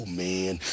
man